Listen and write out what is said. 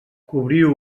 cobriu